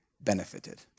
benefited